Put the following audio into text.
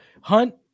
hunt